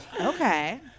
okay